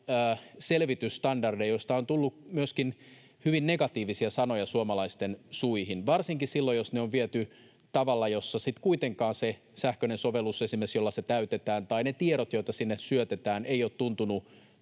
selvitysstandardeja, joista on tullut myöskin hyvin negatiivisia sanoja suomalaisten suihin, varsinkin silloin, jos ne on viety tavalla, jossa sitten kuitenkaan esimerkiksi se sähköinen sovellus, jolla se täytetään, tai ne tiedot, joita sinne syötetään, ei ole tuntunut